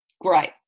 great